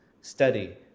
study